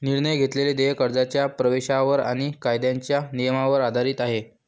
निर्णय घेतलेले देय कर्जाच्या प्रवेशावर आणि कायद्याच्या नियमांवर आधारित आहे